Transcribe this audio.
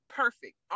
perfect